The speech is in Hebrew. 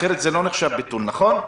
אחרת זה לא נחשב ביטול נכון?